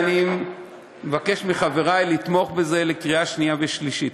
אני מבקש מחברי לתמוך בזה בקריאה שנייה ושלישית.